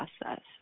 process